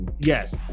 yes